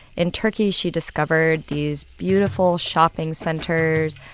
in turkey, she discovered these beautiful shopping centers.